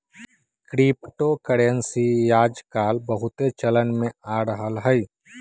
crypto currency याजकाल बहुते चलन में आ रहल हइ